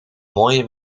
mooie